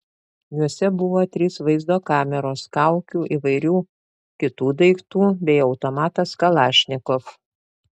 juose buvo trys vaizdo kameros kaukių įvairių kitų daiktų bei automatas kalašnikov